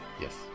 Yes